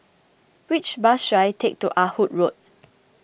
which bus should I take to Ah Hood Road